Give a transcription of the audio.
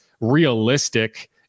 realistic